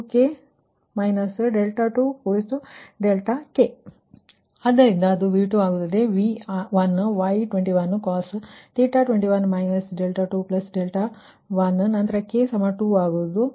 P2k14|V2||VK||y2k| 2k 2k ಆದ್ದರಿಂದ ಅದು V2 ಆಗುತ್ತದೆ ಮತ್ತು V1 Y21 cos 21 21 ನಂತರ k 2 ಆಗುತ್ತದೆ